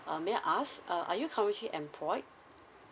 um may I ask uh are you currently employed